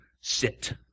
Sit